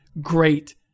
great